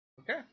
okay